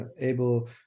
able